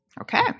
Okay